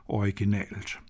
originalt